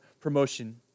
promotion